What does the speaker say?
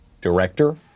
Director